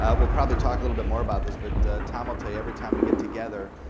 ah we'll probably talk a little bit more about this, but tom will tell you every time we get together,